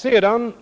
Sedan